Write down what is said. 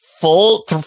full